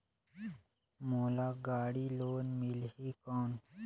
मोला गाड़ी लोन मिलही कौन?